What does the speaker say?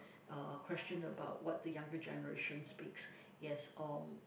uh question about what the younger generation speaks yes um